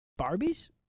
Barbies